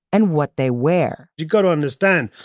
and what they wear you've got to understand.